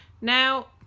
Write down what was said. Now